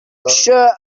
sure